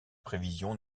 prévisions